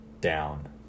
Down